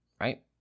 right